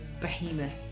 behemoth